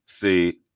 See